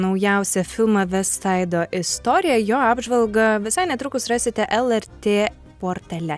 naujausią filmą vestsaido istorija jo apžvalgą visai netrukus rasite lrt portale